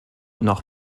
noch